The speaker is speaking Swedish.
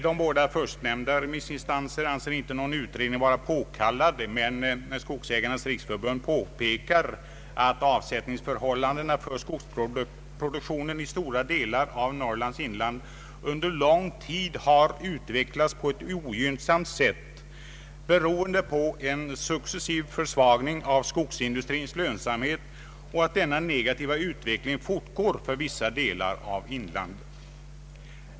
De båda förstnämnda remissinstanserna anser inte någon utredning vara påkallad, medan Sveriges skogsägareföreningars riksförbund påpekar att avsättningsförhållandena för skogsproduktionen i stora delar av Norrlands inland under lång tid har utvecklats på ett ogynnsamt sätt beroende på en successiv försvagning av skogsindustrins lönsamhet och att denna negativa utveckling fortgår för vissa delar av inlandet.